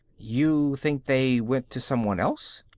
you think they went to someone else?